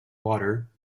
water